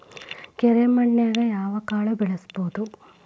ಕರೆ ಮಣ್ಣನ್ಯಾಗ್ ಯಾವ ಕಾಳ ಬೆಳ್ಸಬೋದು?